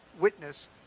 witness